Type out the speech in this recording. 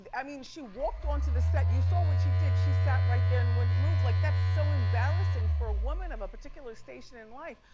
i mean she walked onto the set, you saw what she did, she sat right there and wouldn't move, like, that's so embarrassing for a woman of a particular station in life.